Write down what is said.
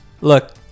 Look